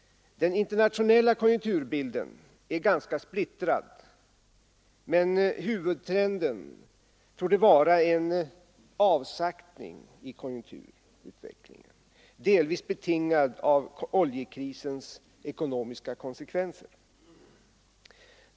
Den internationella konjunkturbilden är ganska splittrad. Men huvudtrenden torde vara en avsaktning i konjunkturutvecklingen, delvis betingad av oljekrisens ekonomiska konsekvenser.